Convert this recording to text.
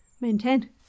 maintain